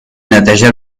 neteja